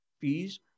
fees